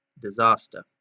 disaster